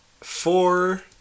four